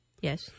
Yes